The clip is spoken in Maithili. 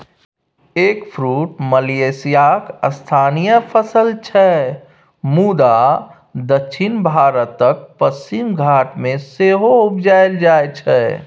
एगफ्रुट मलेशियाक स्थानीय फसल छै मुदा दक्षिण भारतक पश्चिमी घाट मे सेहो उपजाएल जाइ छै